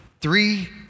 Three